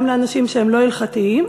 גם לאנשים שהם לא הלכתיים,